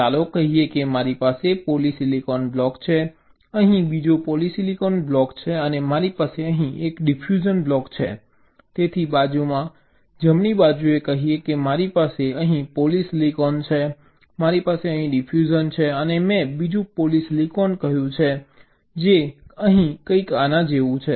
ચાલો કહીએ કે મારી પાસે પોલિસિલિકન બ્લોક છે અહીં બીજો પોલિસિલિકન બ્લોક છે અને મારી પાસે અહીં એક ડિફ્યુઝન બ્લોક છે તેથી બાજુમાં જમણી બાજુએ કહીએ કે મારી પાસે અહીં પોલિસિલિકન છે મારી પાસે અહીં ડિફ્યુઝન છે અને મેં બીજું પોલિસિલિકન કહ્યું છે જે અહીં કંઈક આના જેવું છે